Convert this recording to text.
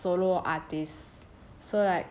他是一个 solo artist